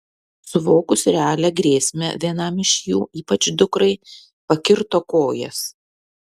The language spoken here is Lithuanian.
suvokus realią grėsmę vienam iš jų ypač dukrai pakirto kojas